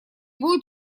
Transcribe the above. будет